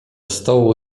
stołu